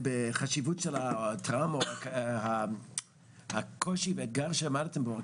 בחשיבות של הטראומה והקושי והאתגר שעמדתם בו,